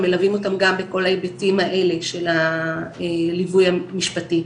הם מלווים אותם גם בכל ההיבטים האלה של הליווי המשפטי.